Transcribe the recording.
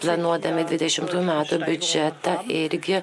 planuodami dvidešimtų metų biudžetą irgi